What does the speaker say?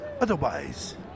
otherwise